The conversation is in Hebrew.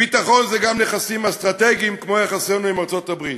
ביטחון זה גם נכסים אסטרטגיים כמו יחסינו עם ארצות-הברית,